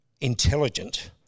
intelligent